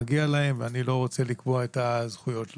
מגיע להם ואני לא רוצה לקבוע את הזכויות שלהם.